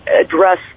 address